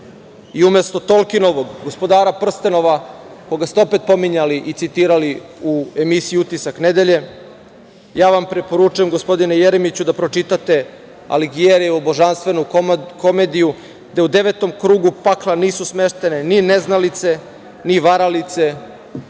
Umesto Tolkinovog „Gospodara prstenova“ koga ste opet pominjali i citirali u emisiji „Utisak nedelje“ ja vam preporučujem, gospodine Jeremiću, da pročitate Aligijerijevu „Božanstvu komediju“ gde u devetom krugu krugu pakla nisu smeštene ni neznalice, ni varalice,